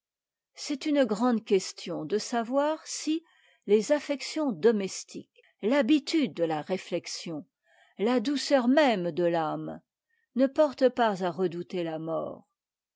c'est une grande question de savoir si les affections domestiques l'habitude de la réflexion la douceur même de l'âme ne portent pas à redouter la mort